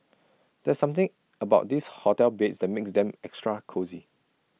there's something about this hotel beds that makes them extra cosy